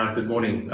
um good morning.